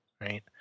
right